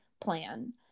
plan